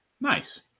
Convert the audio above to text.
Nice